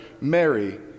Mary